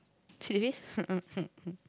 serious